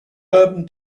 urban